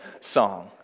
song